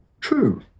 True